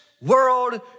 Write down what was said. world